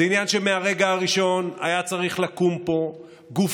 זה עניין שמהרגע הראשון היה צריך לקום פה גוף